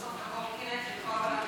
מאפשרות בסוף לקורקינט לרכוב על המדרכה,